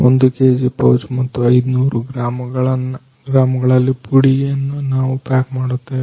1 KG pouch ಮತ್ತು 500 ಗ್ರಾಮಗಳಲ್ಲಿ ಪುಡಿಯನ್ನು ನಾವು ಪ್ಯಾಕ್ ಮಾಡುತ್ತಿದ್ದೇವೆ